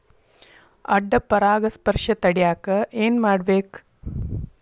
ಅಡ್ಡ ಪರಾಗಸ್ಪರ್ಶ ತಡ್ಯಾಕ ಏನ್ ಮಾಡ್ಬೇಕ್?